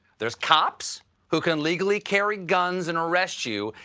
there's cops who can legally carry guns and arrest you.